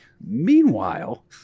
Meanwhile